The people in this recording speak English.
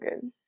good